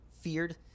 feared